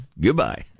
Goodbye